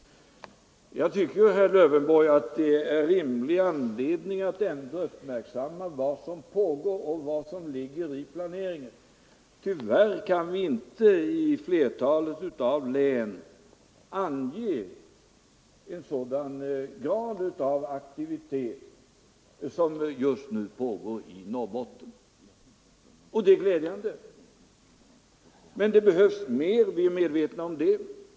Jag tycker ändock, herr Lövenborg, att det är rimlig anledning att uppmärksamma vad som pågår och vad som är planerat inom detta område. Tyvärr förekommer inte samma grad av aktivitet i flertalet andra län som vad som just nu är fallet i Norrbotten. Det är visserligen glädjande för Norrbotten, men vi är också medvetna om att det behövs mer.